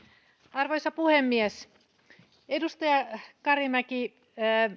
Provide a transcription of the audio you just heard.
arvoisa puhemies edustaja karimäki